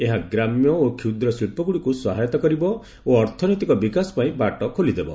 ଏହା ଗ୍ରାମ୍ୟ ଓ କ୍ଷୁଦ୍ର ଶିଳ୍ପଗୁଡ଼ିକୁ ସହାୟତା କରିବ ଓ ଅର୍ଥନୈତିକ ବିକାଶ ପାଇଁ ବାଟ ଖୋଲିଦେବ